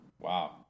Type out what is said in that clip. Wow